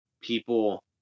people